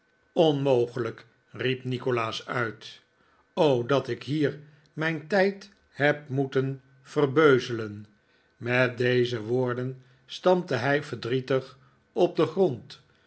onmogelijk riep nikolaas uit dat ik hier mijn tijd heb moeten verbeuzelen met deze woorden stampte hij verdrietig op den grond